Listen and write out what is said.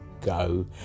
go